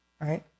Right